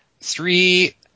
three